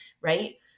Right